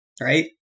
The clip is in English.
right